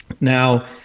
Now